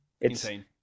insane